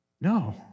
No